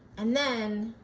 and then,